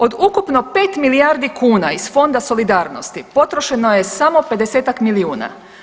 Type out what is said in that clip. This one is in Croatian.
Od ukupno 5 milijardi kuna iz Fonda solidarnosti, potrošeno je samo 50-ak milijuna.